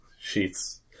sheets